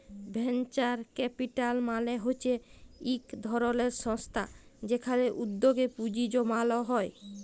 venture capital মালে হচ্যে ইক ধরলের সংস্থা যেখালে উদ্যগে পুঁজি জমাল হ্যয়ে